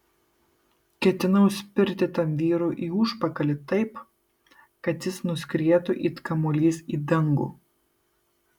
ketinau spirti tam vyrui į užpakalį taip kad jis nuskrietų it kamuolys į dangų